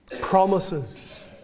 promises